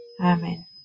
Amen